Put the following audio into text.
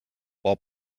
while